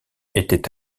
était